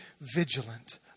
vigilant